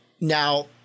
Now